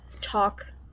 talk